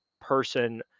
person